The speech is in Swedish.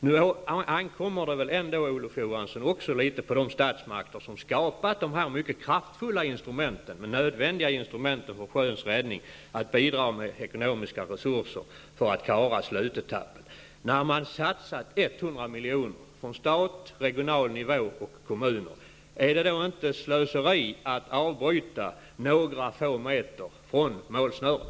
Nu ankommer det väl ändå litet på de statsmakter som har skapat dessa mycket kraftfulla instrument, som är nödvändiga för sjöns räddning, att bidra med ekonomiska resurser för att slutetappen skall klaras. Det har satsats 100 milj.kr. från staten, på regional och på kommunal nivå, och är det då inte slöseri att avbryta projektet några få meter från målsnöret?